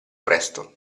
presto